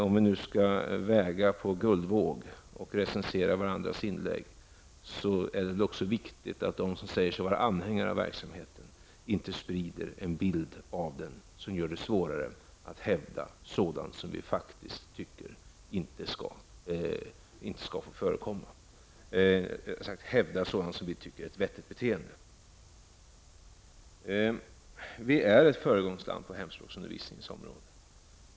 Om vi skall väga på guldvåg och recensera varandras inlägg, är det viktigt att de som säger sig vara anhängare av verksamheten inte sprider en bild av den som gör det svårare att hävda sådant vi tycker är ett vettigt beteende. Sverige är ett föregångsland på hemspråksundervisningsområdet.